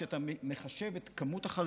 כאשר אתה מחשב את מספר החרדים,